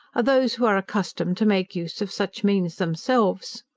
are those who are accustomed to make use of such means themselves.